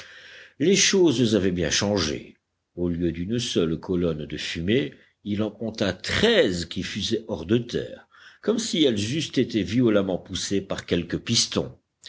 les choses avaient bien changé au lieu d'une seule colonne de fumée il en compta treize qui fusaient hors de terre comme si elles eussent été violemment poussées par quelque piston